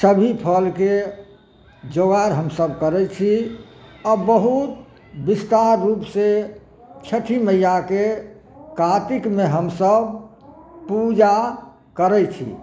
सभी फलके जोगार हमसभ करै छिए आओर बहुत विस्तार रूपसे छठी मइआके कातिकमे हमसभ पूजा करै छी